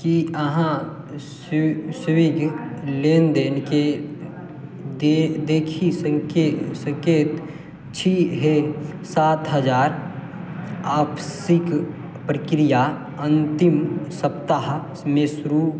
कि अहाँ स्विग्गी लेनदेनके देखी सकैत छी हे सात हजार आपसीक प्रक्रिआ अन्तिम सप्ताहमे शुरू